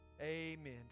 Amen